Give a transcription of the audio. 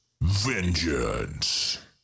Vengeance